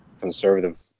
conservative